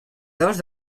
dos